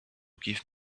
give